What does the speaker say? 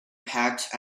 packed